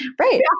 right